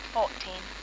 Fourteen